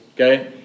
okay